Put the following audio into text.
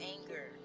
anger